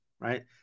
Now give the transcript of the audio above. Right